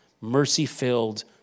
mercy-filled